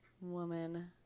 woman